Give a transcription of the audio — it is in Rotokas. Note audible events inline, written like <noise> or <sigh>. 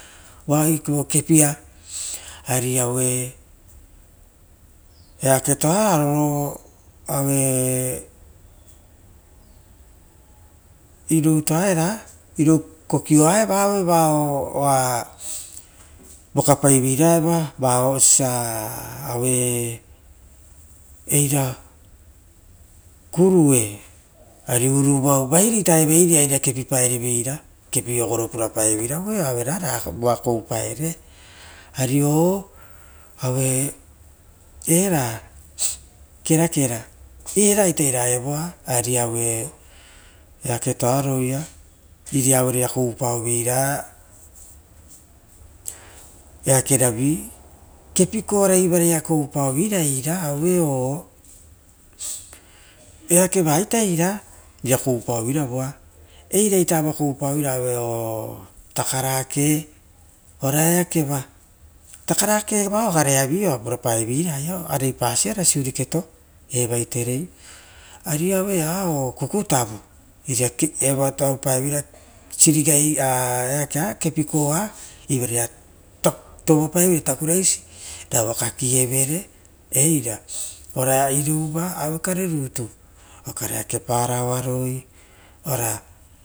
Voa evoa kepia ariaue eaketovara aue <hesitation> evou kokioa eva auevao oavokapaiveira evoa auevao oisio osia eira kurue ari uruvau vaire ita evare airia kepipaerevera, kepi ogoro purapae revere ravoa koupaere, ari oaue eira kerakera eraita ira evo, ario aue ea ketoa roia era aueroia kouepauvera eakeravi kepi koara ivaraia eiru kou pao veira, eakeva ita eira iria koupaoveira voa eira ita evoa koupaoveira auevao takarake ora eakeva takarake vao garea vi oa purapaeveira eira aio arei pasia ora siuriketo evaiterei ari auvao o kuku tavu iria evo a koupao veira sirigaia rera tovo paeveira takuraisi ravoava kakievere eira ra irouva aukare rutu okare kepa raoaroi.